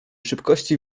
szybkości